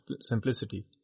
simplicity